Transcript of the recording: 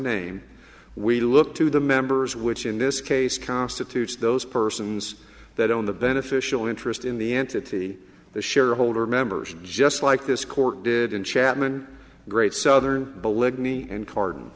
name we look to the members which in this case constitutes those persons that own the beneficial interest in the entity the shareholder members just like this court did in chapman great southern polygamy and card